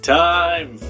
time